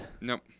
nope